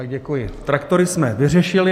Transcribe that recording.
Děkuji, traktory jsme vyřešili.